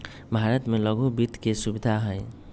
भारत में लघु वित्त के सुविधा हई